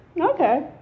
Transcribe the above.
Okay